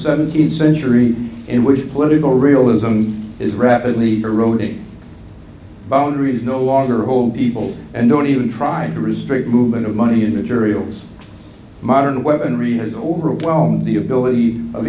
seventeenth century in which political real ism is rapidly eroding boundaries no longer hold people and don't even try to restrict movement of money and material modern weaponry has overwhelmed the ability of